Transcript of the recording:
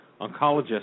oncologist